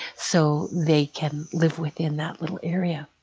so they can live within that little area.